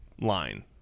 line